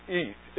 eat